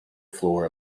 floor